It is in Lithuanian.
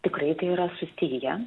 tikrai tai yra susiję